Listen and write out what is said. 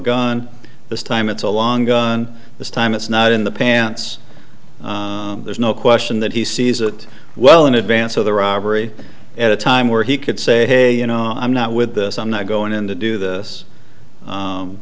gun this time it's a long gun this time it's not in the pants there's no question that he sees it well in advance of the robbery at a time where he could say hey you know i'm not with this i'm not going to do this